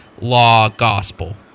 law-gospel